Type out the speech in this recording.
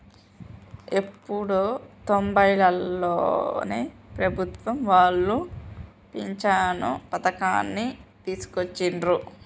ఎప్పుడో తొంబైలలోనే ప్రభుత్వం వాళ్ళు పించను పథకాన్ని తీసుకొచ్చిండ్రు